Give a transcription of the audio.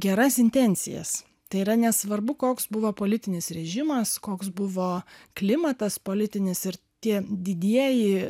geras intencijas tai yra nesvarbu koks buvo politinis režimas koks buvo klimatas politinis ir tie didieji